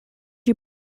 you